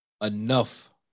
enough